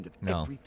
No